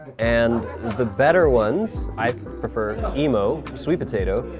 and the better ones, i prefer emo sweet potato,